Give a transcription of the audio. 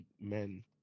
men